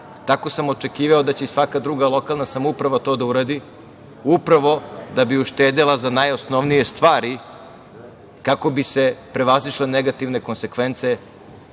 tako sam očekivao da će i svaka druga lokalna samouprava to da uradi upravo da bi uštedela za najosnovnije stvari kako bi se prevazišle negativne konsekvence